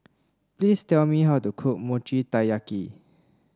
please tell me how to cook Mochi Taiyaki